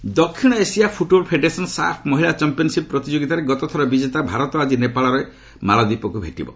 ସାଫ୍ ଦକ୍ଷିଣ Asia football federation 'SAFF' ମହିଳା championship ପ୍ରତିଯୋଗିତାରେ ଗତଥରର ବିଜେପିତା ଭାରତ ଆଜି ନେପାଳରେ ମାଳଦ୍ୱୀପକୁ ଭେଟିବ